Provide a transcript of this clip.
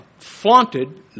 flaunted